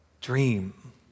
dream